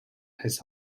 his